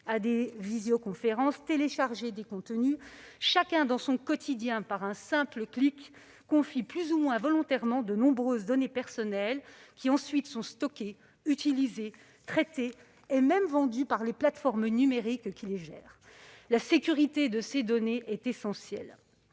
à des vidéoconférences ou encore à télécharger des contenus risqués. Chacun confie, dans son quotidien, par un simple clic, plus ou moins volontairement, de nombreuses données personnelles qui sont ensuite stockées, utilisées, traitées et même vendues par les plateformes numériques qui les gèrent. La sécurité de ces données est essentielle.